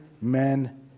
men